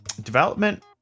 development